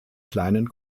kleinen